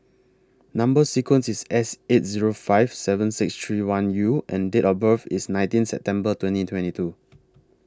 Number sequence IS S eight Zero five seven six three one U and Date of birth IS nineteen September twenty twenty two